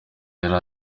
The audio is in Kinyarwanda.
yari